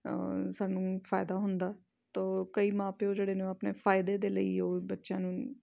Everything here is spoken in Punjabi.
ਸਾਨੂੰ ਫਾਇਦਾ ਹੁੰਦਾ ਤੋ ਕਈ ਮਾਂ ਪਿਓ ਜਿਹੜੇ ਨੇ ਉਹ ਆਪਣੇ ਫਾਇਦੇ ਦੇ ਲਈ ਉਹ ਬੱਚਿਆਂ ਨੂੰ